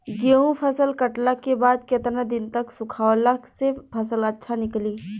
गेंहू फसल कटला के बाद केतना दिन तक सुखावला से फसल अच्छा निकली?